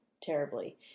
terribly